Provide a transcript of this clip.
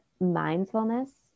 mindfulness